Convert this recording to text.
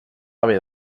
haver